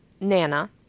Nana